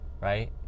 right